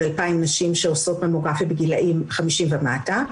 2,000 נשים שעושות ממוגרפיה בגילאים 50 ומטה,